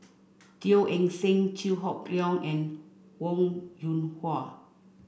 Teo Eng Seng Chew Hock Leong and Wong Yoon Wah